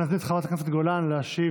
אני מזמין את חברת הכנסת גולן להשיב.